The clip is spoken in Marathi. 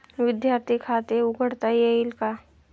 विद्यार्थी खाते उघडता येईल का?